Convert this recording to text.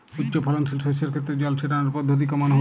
উচ্চফলনশীল শস্যের ক্ষেত্রে জল ছেটানোর পদ্ধতিটি কমন হবে?